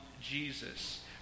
Jesus